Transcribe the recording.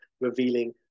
revealing